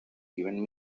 given